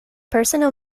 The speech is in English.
personal